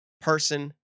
person